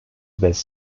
best